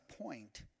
point